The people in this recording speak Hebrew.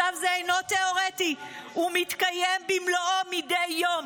מצב זה אינו תאורטי, הוא מתקיים במלואו מדי יום.